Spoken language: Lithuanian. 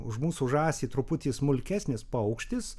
už mūsų žąsį truputį smulkesnis paukštis